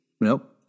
Nope